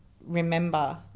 remember